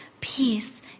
peace